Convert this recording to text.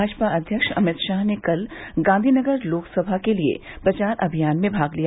भाजपा अध्यक्ष अमित शाह ने कल गांधीनगर लोकसभा के लिए प्रचार अभियान में भाग लिया